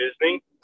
disney